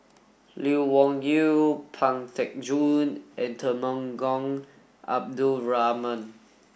Lee Wung Yew Pang Teck Joon and Temenggong Abdul Rahman